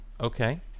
Okay